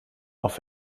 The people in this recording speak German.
auf